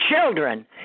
children